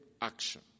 action